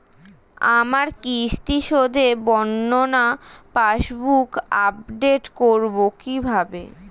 আমার কিস্তি শোধে বর্ণনা পাসবুক আপডেট করব কিভাবে?